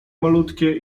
malutkie